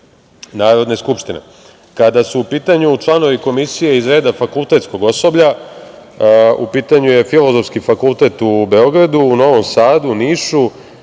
Narodne skupštine. Kada su u pitanju članovi komisije iz reda fakultetskog osoblja, u pitanju je Filozofski fakultet u Beogradu, u Novom Sadu, Nišu,